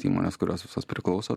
įmonės kurios visos priklauso